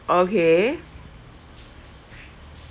okay